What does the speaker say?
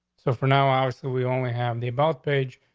so for now, our so we only have the about page.